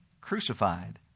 crucified